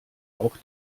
auch